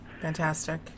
Fantastic